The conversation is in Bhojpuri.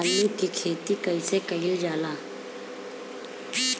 आलू की खेती कइसे कइल जाला?